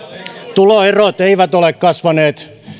tuloerot eivät ole kasvaneet